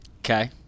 Okay